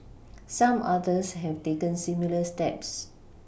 some others have taken similar steps